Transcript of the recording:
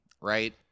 right